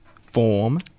form